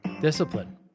Discipline